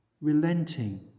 relenting